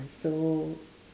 so